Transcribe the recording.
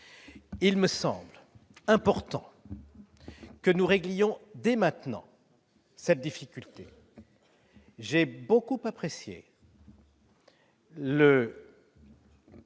Il me semble important que nous réglions dès à présent cette difficulté. J'ai beaucoup apprécié la